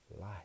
light